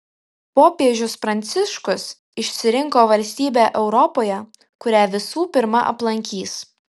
popiežius pranciškus išsirinko valstybę europoje kurią visų pirma aplankys